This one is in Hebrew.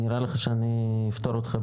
נראה לך שאני אפטור אותך,